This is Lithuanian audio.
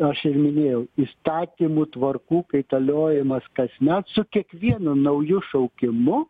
aš ir minėjau įstatymų tvarkų kaitaliojimas kasmet su kiekvienu nauju šaukimu